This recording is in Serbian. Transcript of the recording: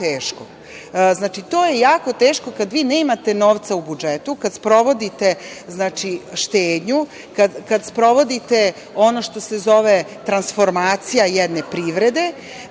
Znači, to je jako teško kad vi nemate novca u budžetu, kad sprovodite štednju, kad sprovodite ono što se zove transformacija jedne privrede,